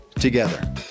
together